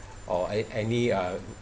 or an~ any uh